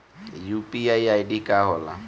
ई यू.पी.आई का होला?